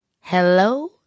Hello